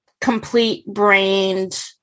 complete-brained